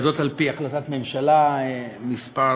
על-פי החלטת הממשלה מס'